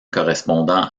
correspondant